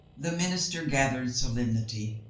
the minister gathered solemnity.